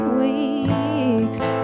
weeks